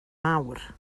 mawr